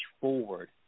forward